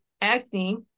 acne